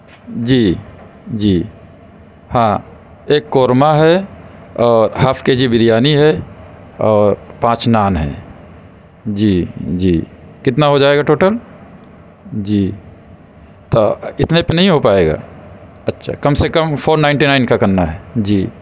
جی جی ہاں ایک قورمہ ہے اور ہاف کے جی بریانی ہے اور پانچ نان ہیں جی جی کتنا ہو جائے گا ٹوٹل جی تو اتنے پہ نہیں ہو پائے گا اچھا کم سے کم فور نائٹی نائن کا کرنا ہے جی